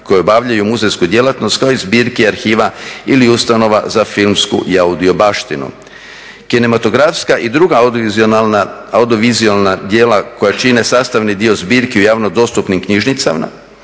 koje obavljaju muzejsku djelatnost kao i zbirki, i arhiva ili ustanova za filmsku i audio baštinu. Kinematografska i druga audiovizualna djela koja čine sastavni dio zbirke u javno dostupnim knjižnicama,